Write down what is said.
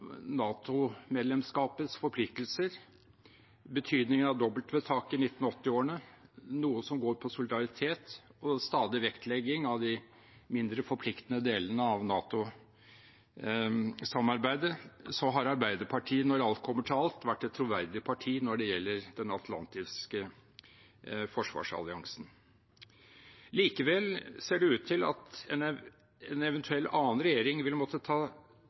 forpliktelser, betydningen av dobbeltvedtaket i 1980-årene, noe som går på solidaritet, og stadig vektlegging av de mindre forpliktende delene av NATO-samarbeidet har Arbeiderpartiet, når alt kommer til alt, vært et troverdig parti når det gjelder den atlantiske forsvarsalliansen. Likevel ser det ut til at en eventuell annen regjering vil måtte